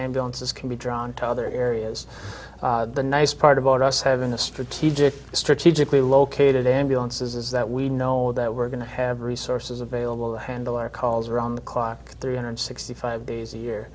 ambulances can be drawn to other areas the nice part about us having a strategic strategically located ambulance is that we know that we're going to have resources available to handle our calls around the clock three hundred sixty five days a year